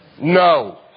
No